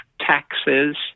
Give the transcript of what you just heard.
taxes